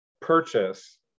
purchase